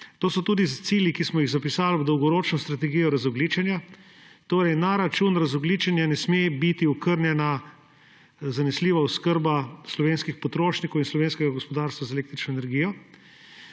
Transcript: To so tudi cilji, ki smo jih zapisali v dolgoročno strategijo razogljičenja. Na račun razogljičenja ne sme biti okrnjena zanesljiva oskrba slovenskih potrošnikov in slovenskega gospodarstva z električno energijo.